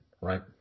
right